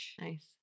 Nice